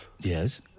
Yes